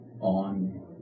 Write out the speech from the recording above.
on